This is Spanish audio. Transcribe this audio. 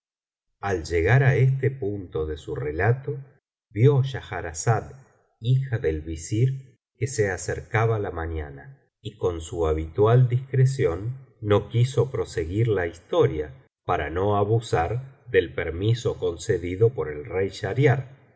al llegar á este punto de su relato vio schahrazada hija del visir que se acercaba la mañana y con su habitual discreción no quiso proseguir la historia del jorobado toria para no abusar del permiso concedido por el rey